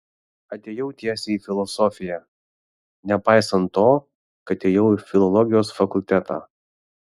atėjau tiesiai į filosofiją nepaisant to kad ėjau į filologijos fakultetą